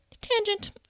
Tangent